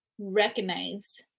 recognize